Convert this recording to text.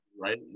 right